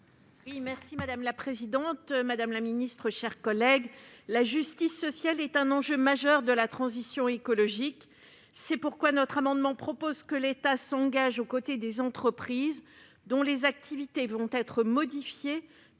merci madame la présidente, madame la ministre, chers collègues, la justice sociale est un enjeu majeur de la transition écologique c'est pourquoi notre amendement propose que l'État s'engage aux côtés des entreprises dont les activités vont être modifiés